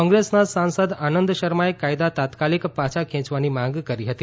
કોંગ્રેસના સાંસદ આનંદ શર્માએ કાયદા તાત્કાલિક પાછા ખેંચવાની માંગ કરી હતી